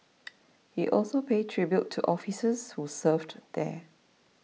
he also paid tribute to officers who served there